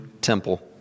temple